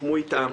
שסוכמו איתם.